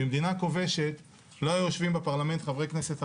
במדינה כובשת לא היו יושבים בפרלמנט חברי כנסת ערבים,